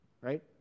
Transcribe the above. right